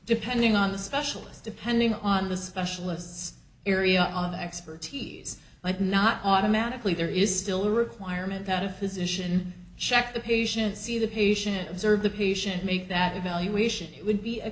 depending on the specialist depending on the specialists area of expertise might not automatically there is still a requirement that a physician check the patient see the patient observe the patient may that evaluation it would be a